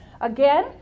Again